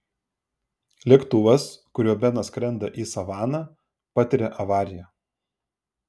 lėktuvas kuriuo benas skrenda į savaną patiria avariją